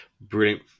brilliant